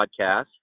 podcast